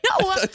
No